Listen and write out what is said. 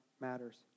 matters